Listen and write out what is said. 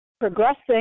progressing